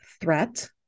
threat